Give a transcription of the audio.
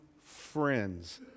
friends